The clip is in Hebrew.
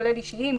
כולל האישיים,